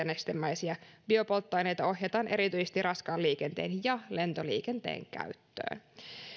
nestemäisiä biopolttoaineita ohjataan erityisesti raskaan liikenteen ja lentoliikenteen käyttöön